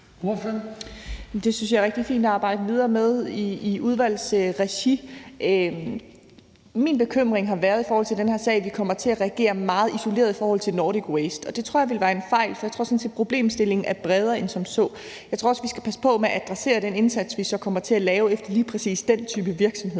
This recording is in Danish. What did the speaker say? Det synes jeg er rigtig fint at arbejde videre med i udvalgsregi. Min bekymring i forhold til den her sag har været, at vi kommer til at reagere meget isoleret i forhold til Nordic Waste, og det tror jeg ville være en fejl, for jeg tror sådan set, problemstillingen er bredere end som så. Jeg tror også, vi skal passe på med at adressere den indsats, vi så kommer til at lave, efter lige præcis den type virksomheder.